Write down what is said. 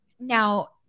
Now